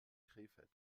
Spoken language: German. krefeld